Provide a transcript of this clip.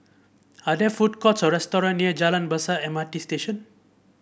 are there food courts or restaurants near Jalan Besar M R T Station